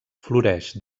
floreix